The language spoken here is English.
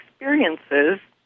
experiences